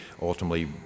ultimately